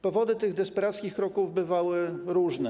Powody tych desperackich kroków bywały różne.